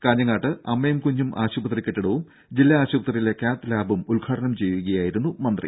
കാഞ്ഞങ്ങാട്ട് അമ്മയും കുഞ്ഞും ആശുപത്രി കെട്ടിടവും ജില്ലാ ആശുപത്രിയിലെ കാത്ത് ലാബും ഉദ്ഘാടനം ചെയ്യുകയായിരുന്നു മന്ത്രി